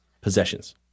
possessions